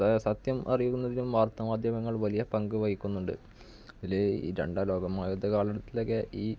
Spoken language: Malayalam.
സത്യം അറിയുന്നതിലും വാര്ത്താ മാധ്യമങ്ങള് വലിയ പങ്കു വഹിക്കുന്നുണ്ട് അതിൽ ഈ രണ്ടാം ലോകമഹായുദ്ധകാലത്തിലൊക്കെ ഈ